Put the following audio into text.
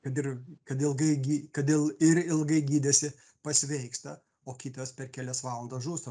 kad ir kad ilgai gi kad il ir ilgai gydėsi pasveiksta o kitas per kelias valandas žūsta